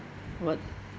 what